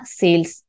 sales